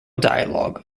dialogue